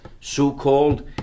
so-called